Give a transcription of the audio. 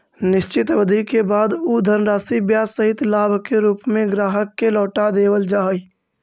निश्चित अवधि के बाद उ धनराशि ब्याज सहित लाभ के रूप में ग्राहक के लौटा देवल जा हई